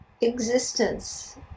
existence